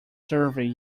survey